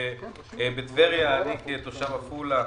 אני כתושב עפולה,